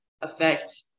affect